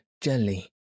jelly